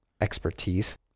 expertise